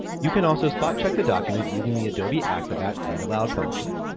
you can also spot check the document using the adobe acrobat read aloud function.